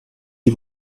die